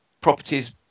properties